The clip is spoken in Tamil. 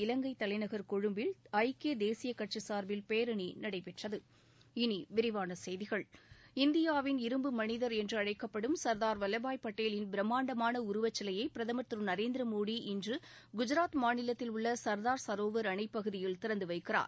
இலங்கைத் தலைநகர் கொழும்பில் ஐக்கிய தேசிய கட்சி சார்பில் பேரணி நடைபெற்றது இந்தியாவின் இரும்பு மனிதர் என்று அழைக்கப்படும் சர்தார் வல்லபாய் பட்டேலின் பிரம்மாண்டமான உருவச் சிலையை பிரதமர் திரு நரேந்திர மோடி இன்று குஜராத் மாநிலத்தில் உள்ள சர்தார் சரோவர் அணைப்பகுதியில் திறந்துவைக்கிறார்